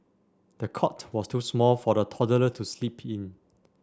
the cot was too small for the toddler to sleep in